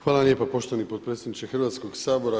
Hvala vam lijepa poštovani potpredsjedniče Hrvatskog sabora.